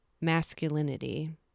masculinity